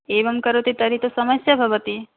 एवं करोति तर्हि तु समस्या भवति